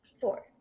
Four